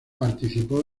participó